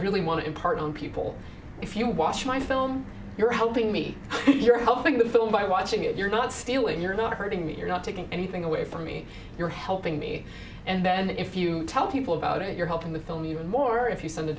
really want to impart on people if you watch my film you're helping me you're helping the film by watching it you're not stealing you're not hurting me you're not taking anything away from me you're helping me and then if you tell people about it you're helping the film you're more if you send a